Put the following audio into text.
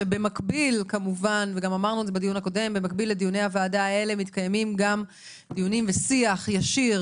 שבמקביל לדיוני הוועדה האלה מתקיימים גם דיונים ושיח ישיר